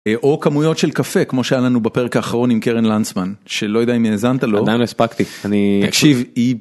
או כמויות של קפה, כמו שהיה לנו בפרק האחרון עם קרן לנדסמן שלא יודע אם האזנת לו. עדיין הספקתי אני